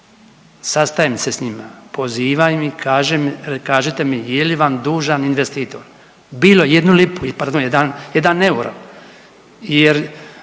sastajem se s njima, pozivam ih i kažite mi je li vam dužan investitor, bilo jednu